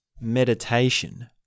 meditation